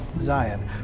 Zion